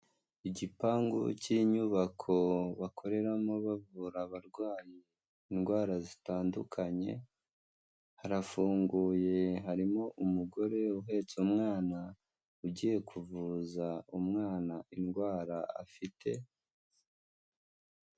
Igipangu cy'inyubako bakoreramo bavura abarwayi indwara zitandukanye, harafunguye harimo umugore uhetse umwana ugiye kuvuza umwana indwara afite...